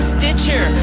Stitcher